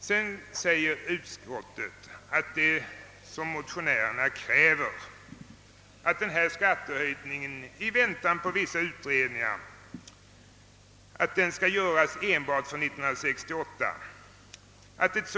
Utskottet säger vidare att motionärernas krav, att denna skattehöjning i avvaktan på vissa utredningar skall gälla endast för